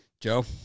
Joe